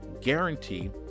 guarantee